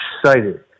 excited